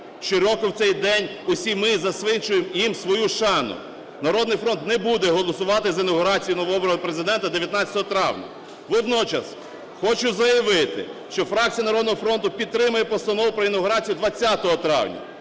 щороку в цей день усі ми засвідчуємо їм свою шану. "Народний фронт" не буде голосувати за інавгурацію новообраного Президента 19 травня. Водночас хочу заявити, що фракція "Народного фронту" підтримає постанову про інавгурацію 20 травня.